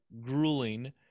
grueling